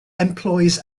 employs